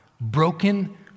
broken